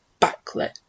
backlit